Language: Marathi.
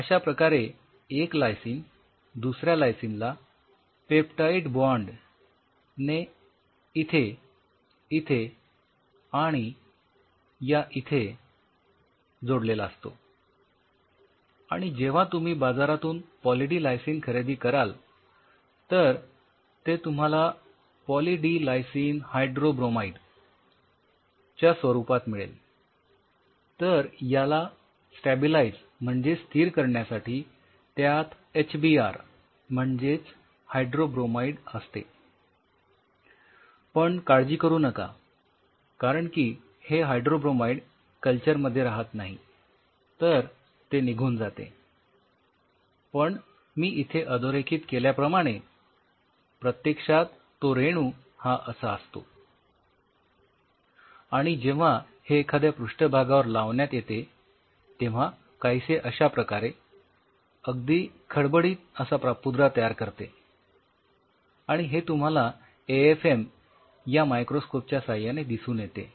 अश्याप्रकारे एक लायसिन दुसऱ्या लायसिन ला या मायक्रोस्कोपच्या साह्याने दिसून येते